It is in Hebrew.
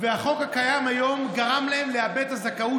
והחוק הקיים היום גרם להם לאבד את הזכאות